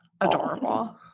Adorable